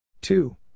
Two